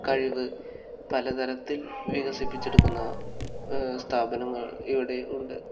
കഴിവ് പലതരത്തിൽ വികസിപ്പിച്ചെടുക്കുന്ന സ്ഥാപനങ്ങൾ ഇവിടെ ഉണ്ട്